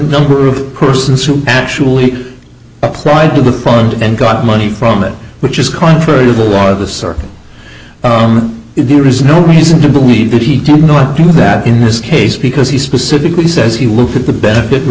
number of persons who actually applied to the front and got money from it which is contrary to the law of the circle there is no reason to believe that he did not do that in this case because he specifically says he looked at the benefit